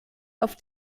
auf